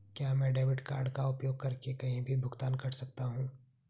क्या मैं debit card का उपयोग करके कहीं भी भुगतान कर सकता हूं?